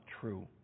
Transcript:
true